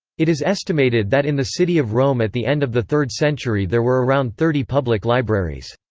it is estimated that in the city of rome at the end of the third century there were around thirty public libraries.